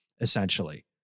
essentially